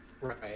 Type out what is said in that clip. Right